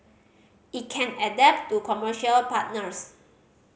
it can adapt to commercial partners